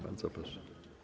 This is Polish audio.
Bardzo proszę.